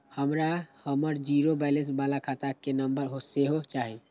हमरा हमर zero balance बाला खाता के नम्बर सेहो चाही